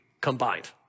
combined